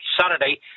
Saturday